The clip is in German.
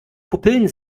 pupillen